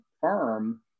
firm